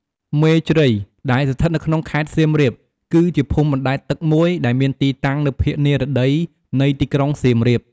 មេជ្រៃ ដែលស្ថិតនៅក្នុង ខេត្តសៀមរាប គឺជាភូមិបណ្ដែតទឹកមួយដែលមានទីតាំងនៅភាគនិរតីនៃទីក្រុងសៀមរាប។